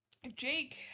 Jake